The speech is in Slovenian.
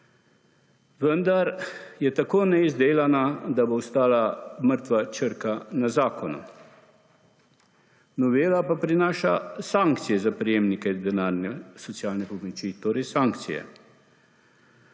vendar je tako neizdelana, da bo ostala mrtva črka na zakonu. Novela pa prinaša sankcije za prejemnike denarne socialne pomoči, torej sankcije,